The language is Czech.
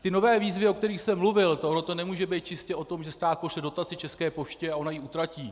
Ty nové výzvy, o kterých jsem mluvil, toto nemůže být čistě o tom, že stát pošle dotaci České poště a ona ji utratí.